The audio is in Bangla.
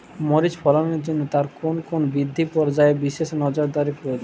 মরিচ ফলনের জন্য তার কোন কোন বৃদ্ধি পর্যায়ে বিশেষ নজরদারি প্রয়োজন?